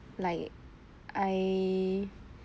like I uh